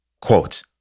quote